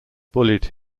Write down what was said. bullied